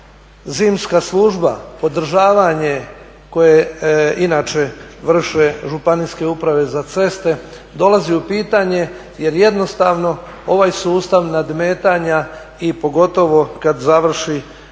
zimska služba, održavanje koje inače vrše županijske uprave za ceste dolazi u pitanje jer jednostavno ovaj sustav nadmetanja i pogotovo kad završi